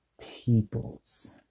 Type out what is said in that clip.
peoples